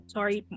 Sorry